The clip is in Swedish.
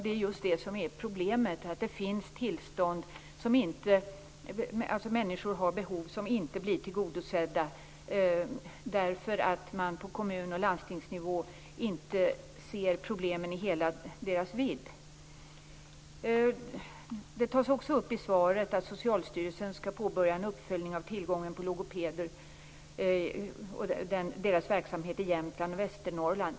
Det är just det som är problemet, att det finns människor som har behov som inte blir tillgodosedda därför att man på kommun och landstingsnivå inte ser problemen i hela deras vidd. I svaret tas också upp att Socialstyrelsen skall påbörja en uppföljning av tillgången på logopeder och deras verksamhet i Jämtland och Västernorrland.